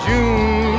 June